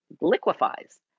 liquefies